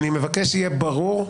אני מבקש שיהיה ברור,